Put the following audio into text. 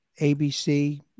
ABC